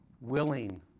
willing